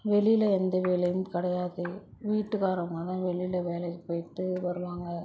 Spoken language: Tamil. வெளியில எந்த வேலையும் கிடையாது வீட்டுக்காரவங்க தான் வெளில வேலைக்கு போயிவிட்டு வருவாங்க